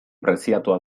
preziatua